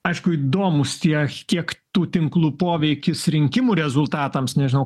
aišku įdomūs tiek kiek tų tinklų poveikis rinkimų rezultatams nežinau